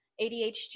ADHD